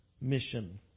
mission